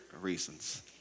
reasons